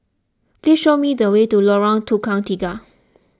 please show me the way to Lorong Tukang Tiga